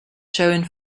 shown